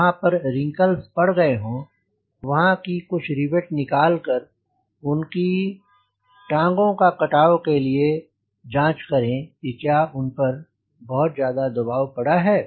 जहाँ पर रिंकल्स पड़ गए हों वहां की कुछ रिवेट निकाल कर उनकी टांगों का कटाव के लिए जाँच करें कि क्या उन पर बहुत ज्यादा दबाव पड़ा है